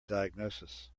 diagnosis